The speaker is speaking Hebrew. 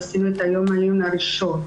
עשינו את יום העיון הראשון.